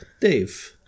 Dave